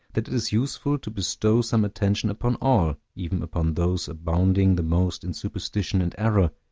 that it is useful to bestow some attention upon all, even upon those abounding the most in superstition and error,